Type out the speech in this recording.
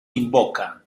invoca